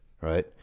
right